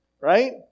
right